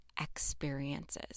experiences